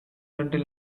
until